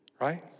right